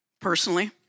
personally